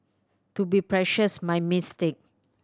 to be precious my mistake